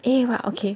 eh but okay